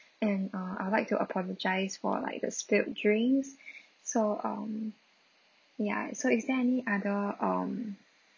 and uh I'd like to apologise for like the spilled drinks so um ya so is there any other um